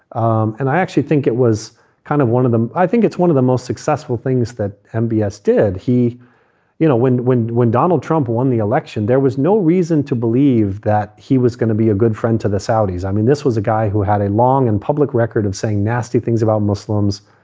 um and i actually think it was kind of one of them. i think it's one of the most successful things that m b a s did. he you know, when when when donald trump won the election, there was no reason to believe that he was going to be a good friend to the saudis. i mean, this was a guy who had a long and public record of saying nasty things about muslims,